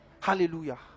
Hallelujah